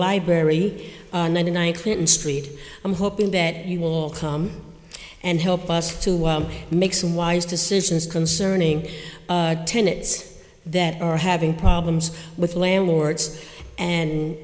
library ninety one clinton street i'm hoping that you will come and help us to make some wise decisions concerning tenets that are having problems with landlords and